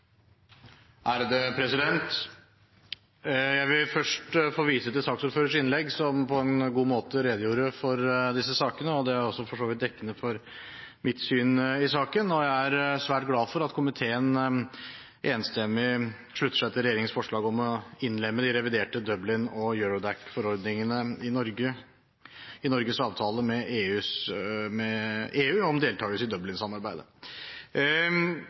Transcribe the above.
Jeg vil først få vise til saksordførerens innlegg, som på en god måte redegjorde for disse sakene. Det er for så vidt også dekkende for mitt syn i saken, og jeg er svært glad for at komiteen enstemmig slutter seg til regjeringens forslag om å innlemme de reviderte Dublin- og Eurodac-forordningene i Norges avtale med EU om deltakelse i